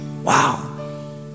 Wow